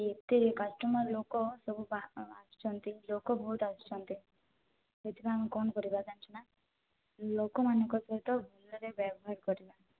ଏତେ କଷ୍ଟମର୍ ଲୋକ ସବୁ ବାପା ମାଆ ଆସିଛନ୍ତି ଲୋକ ବହୁତ ଆସୁଛନ୍ତି ଏଥି ପାଇଁ କଣ କରିବା ଜାଣିଛୁ ନା ଲୋକମାନଙ୍କ ସହିତ ଭଲରେ ବ୍ୟବହାର କରିବା